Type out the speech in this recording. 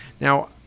Now